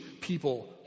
people